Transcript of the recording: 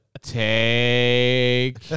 take